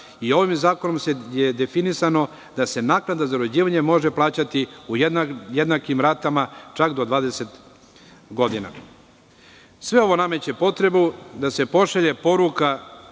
Ovim zakonom je definisano da se naknada za uređivanje može plaćati u jednakim ratama, čak do 20 godina. Sve ovo nameće potrebu da se pošalje poruka